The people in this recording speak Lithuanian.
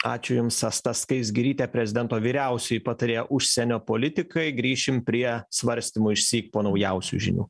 ačiū jums asta skaisgirytė prezidento vyriausioji patarėja užsienio politikai grįšim prie svarstymų išsyk po naujausių žinių